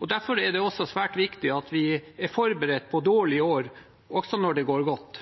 og derfor er det også svært viktig at vi er forberedt på dårlige år, også når det går godt.